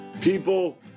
People